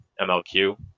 MLQ